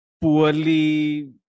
poorly